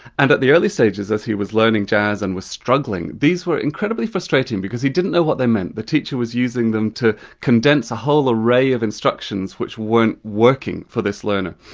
and at the early stages as he was learning jazz and was struggling, these were incredibly frustrating, because he didn't know what they meant. the teacher was using them to condense a whole array of instructions, which weren't working for this learner.